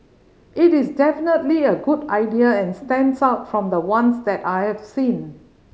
it is definitely a good idea and stands out from the ones that I have seen